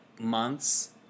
months